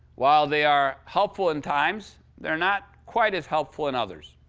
while they are helpful in times, they're not quite as helpful in others.